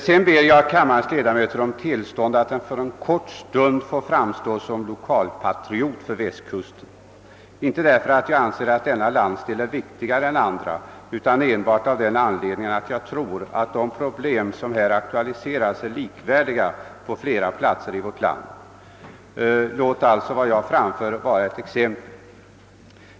Sedan ber jag kammarens ledamöter om tillstånd att för en kort stund få framstå som lokalpatriot för västkusten, inte därför att jag anser att denna landsdel är viktigare än andra, utan enbart av den anledningen att jag tror att de problem som här aktualiserats är likvärdiga på flera platser i vårt land. Låt alltså det jag framför vara ett exempel.